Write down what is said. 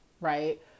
Right